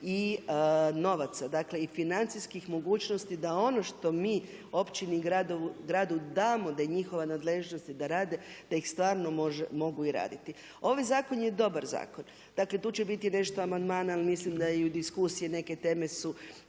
i novaca, dakle i financijskih mogućnosti da ono što mi općini i gradu damo da njihova nadležnost da rade da ih stvarno mogu i raditi. Ovaj zakon je dobar zakon, dakle tu će biti nešto amandmana ali mislim da je u diskusiji, neke teme su